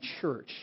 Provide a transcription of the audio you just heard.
church